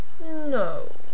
No